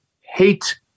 hate